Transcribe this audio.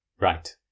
Right